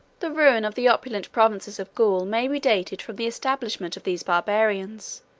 the ruin of the opulent provinces of gaul may be dated from the establishment of these barbarians,